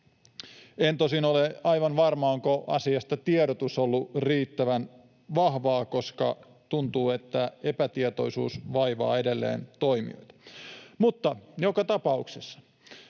En tosin ole aivan varma, onko asiasta tiedotus ollut riittävän vahvaa, koska tuntuu, että epätietoisuus vaivaa edelleen toimijoita. Mutta joka tapauksessa